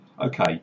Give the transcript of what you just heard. Okay